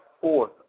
fourth